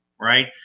Right